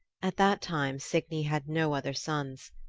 at that time signy had no other sons.